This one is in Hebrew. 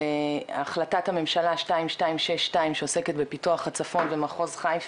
על החלטת הממשלה 2262 שעוסקת בפיתוח הצפון ומחוז חיפה,